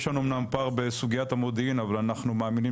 יש לנו אמנם פער בסוגיית המודיעין אבל אנחנו מאמינים